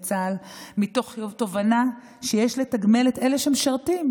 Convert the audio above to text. צה"ל מתוך תובנה שיש לתגמל את אלה שמשרתים.